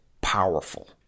powerful